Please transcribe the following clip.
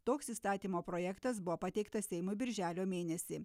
toks įstatymo projektas buvo pateiktas seimui birželio mėnesį